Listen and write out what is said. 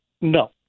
no